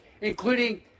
including